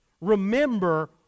Remember